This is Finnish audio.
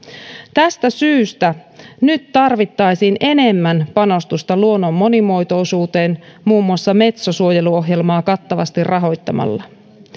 tästä syystä nyt tarvittaisiin enemmän panostusta luonnon monimuotoisuuteen muun muassa metso suojeluohjelmaa kattavasti rahoittamalla